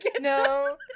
No